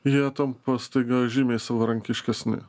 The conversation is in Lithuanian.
jie tampa staiga žymiai savarankiškesni